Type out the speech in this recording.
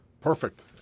Perfect